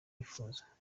wifuza